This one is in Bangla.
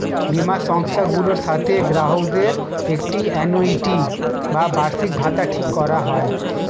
বীমা সংস্থাগুলোর সাথে গ্রাহকদের একটি আ্যানুইটি বা বার্ষিকভাতা ঠিক করা হয়